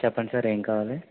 చెప్పండి సార్ ఏం కావాలి